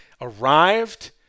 arrived